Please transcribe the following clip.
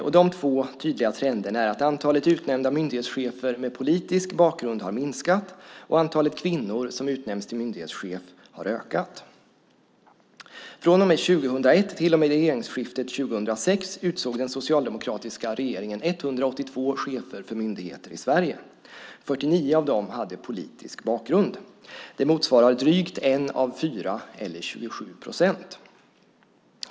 Dessa två tydliga trender är att antalet utnämnda myndighetschefer med politisk bakgrund har minskat och att antalet kvinnor som utnämns till myndighetschefer har ökat. Från och med 2001 till och med regeringsskiftet 2006 utsåg den socialdemokratiska regeringen 182 chefer för myndigheter i Sverige. 49 av dem hade politisk bakgrund. Det motsvarar drygt en av fyra, eller 27 procent.